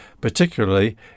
particularly